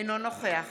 אינו נוכח